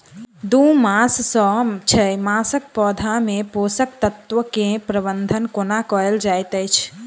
दू मास सँ छै मासक पौधा मे पोसक तत्त्व केँ प्रबंधन कोना कएल जाइत अछि?